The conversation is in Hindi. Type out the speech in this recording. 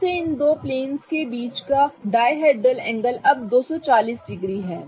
फिर से इन दोनों प्लेंस के बीच का डायहेड्रल एंगल अब 240 डिग्री है